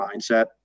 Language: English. mindset